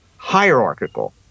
hierarchical